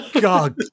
God